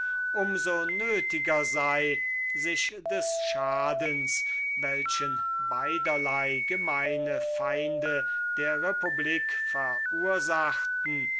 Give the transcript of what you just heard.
so nötiger sei sich des schadens den beiderlei gemeine feinde der republik verursachten